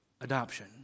adoption